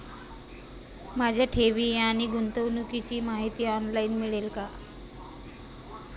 माझ्या ठेवी आणि गुंतवणुकीची माहिती ऑनलाइन मिळेल का?